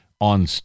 on